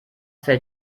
fällt